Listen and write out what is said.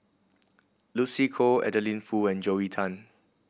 Lucy Koh Adeline Foo and Joel Tan